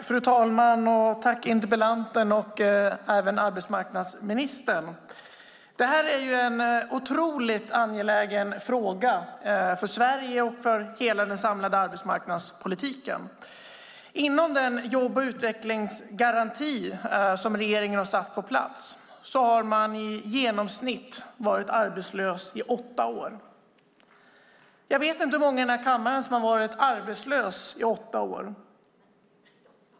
Fru talman! Jag tackar interpellanten och arbetsmarknadsministern. Det här är en otroligt angelägen fråga för Sverige och hela den samlade arbetsmarknadspolitiken. Inom den jobb och utvecklingsgaranti som regeringen har satt på plats har man i genomsnitt varit arbetslös i åtta år. Jag vet inte hur många av oss i kammaren som har varit arbetslösa i åtta år.